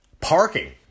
Parking